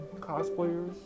cosplayers